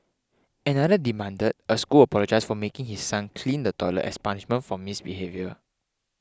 another demanded a school apologise for making his son clean the toilet as punishment for misbehaviour